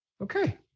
okay